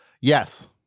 Yes